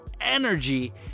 energy